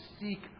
seek